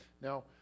Now